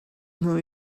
hnu